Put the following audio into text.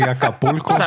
Acapulco